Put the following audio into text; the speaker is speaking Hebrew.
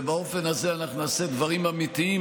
ובאופן הזה אנחנו נעשה דברים אמיתיים